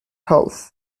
health